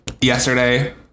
yesterday